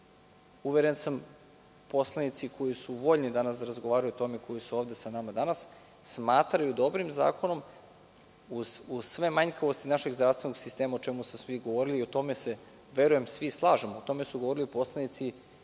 uveren sam, poslanici koji su voljni danas da razgovaraju o tome, koji su ovde sa nama danas, smatraju dobrim zakonom, uz sve manjkavosti našeg zdravstvenog sistema, o čemu su svi govorili i u tome se, verujem, svi slažemo. O tome su govorili poslanici